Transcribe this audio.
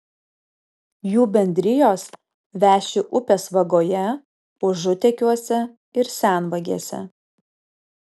jų bendrijos veši upės vagoje užutekiuose ir senvagėse